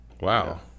Wow